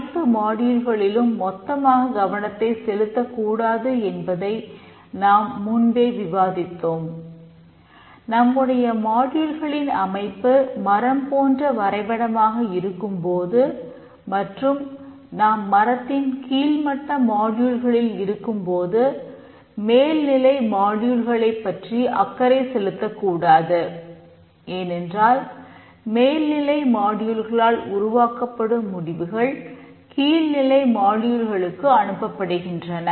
abstraction அனுப்பப்படுகின்றன